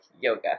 yoga